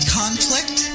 conflict